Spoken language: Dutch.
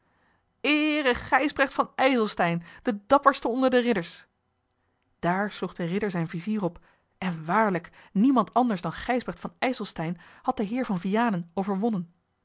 eere gijsbrecht van ijselstein den dapperste onder de ridders daar sloeg de ridder zijn vizier op en waarlijk niemand anders dan gijsbrecht van ijselstein had den heer van vianen overwonnen